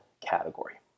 category